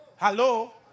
Hello